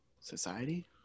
Society